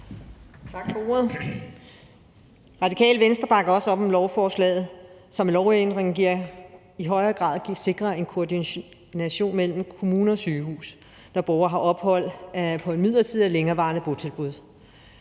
Radikale Venstre bakker også op om lovforslaget, som vil betyde en lovændring, der i højere grad sikrer en koordination mellem kommune og sygehus, når borgere har ophold på midlertidige og længerevarende botilbud.